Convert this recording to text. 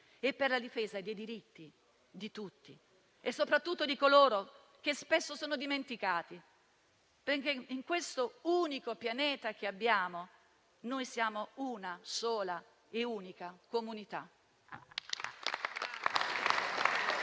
è per la difesa dei diritti di tutti e soprattutto di coloro che spesso sono dimenticati, perché in questo unico Pianeta che abbiamo siamo una sola e unica comunità.